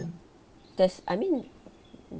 there's I mean